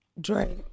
Dre